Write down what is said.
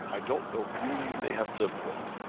i don't know whom you may have lived with.